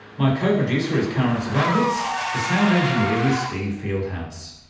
my co-producer is karin zsivanovits, the sound engineer was steve fieldhouse.